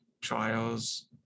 trials